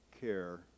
care